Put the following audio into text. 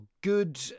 good